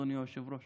אדוני היושב-ראש